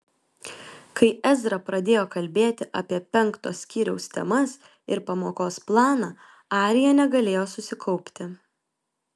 kai ezra pradėjo kalbėti apie penkto skyriaus temas ir pamokos planą arija negalėjo susikaupti